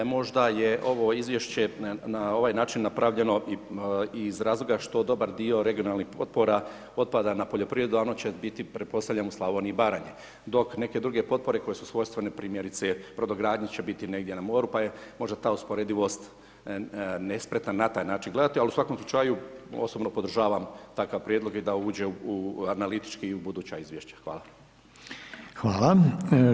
Možda je ovo izvješće na ovaj način napravljeno iz razloga što dobar dio regionalnih potpora otpada na poljoprivredu, a ono će biti, pretpostavljam, u Slavoniji i Baranji, dok neke druge potpore koje su svojstvene primjerice brodogradnji će biti negdje na moru, pa je možda ta usporedivost nespretna na taj način gledati, ali u svakom slučaju osobno podržavam takav prijedlog je da uđe u analitički i u buduća izvješća, hvala.